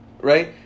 right